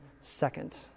second